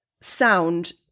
sound